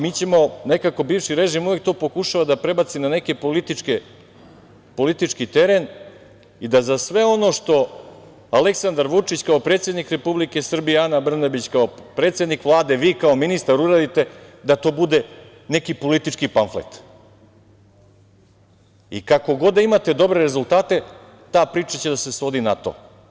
Bivši režim uvek to pokušava da prebaci na neki politički teren i da sve ono što Aleksandar Vučić kao predsednik Republike Srbije, Ana Branabić kao predsednik Vlade, vi kao ministar uradite da to bude neki politički pamflet i, kako god da imate dobre rezultate, ta priča će da se svodi na to.